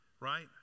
right